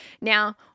Now